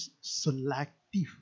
selective